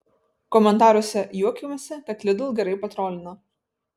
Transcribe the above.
komentaruose juokiamasi kad lidl gerai patrolino